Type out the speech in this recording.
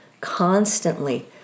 constantly